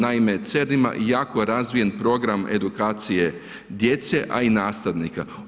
Naime, CERN ima jako razvijen program edukacije djece, a i nastavnika.